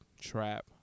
trap